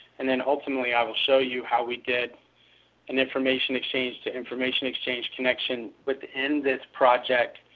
and then ultimately i will show you how we did an information exchange to information exchange connection within this project.